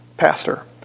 pastor